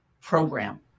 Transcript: program